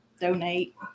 donate